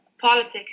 politics